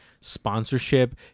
sponsorship